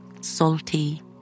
salty